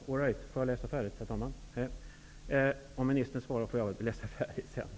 Om ministern svarar, så får jag väl läsa färdigt sedan.